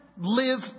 live